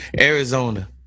Arizona